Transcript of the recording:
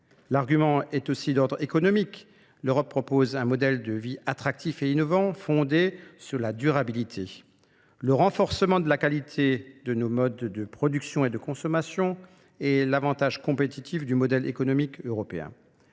L'argument est aussi d'ordre économique. L'Europe propose un modèle de vie attractif et innovant, fondé sur la durabilité. Le renforcement de la qualité de nos modes de production et de consommation est l'avantage compétitif du modèle économique européen.